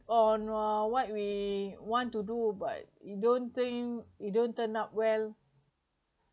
on uh what we want to do but you don't think it don't turn out well